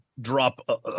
drop